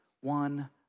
one